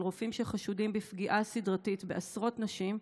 רופאים שחשודים בפגיעה סדרתית בעשרות נשים,